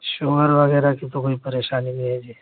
sugar وغیرہ کی تو کوئی پریشانی نہیں ہے جی